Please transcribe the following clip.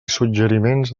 suggeriments